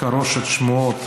חרושת שמועות